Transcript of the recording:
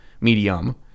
medium